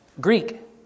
Greek